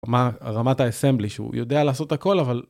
כלומר, רמת האסמבלי שהוא יודע לעשות הכל, אבל...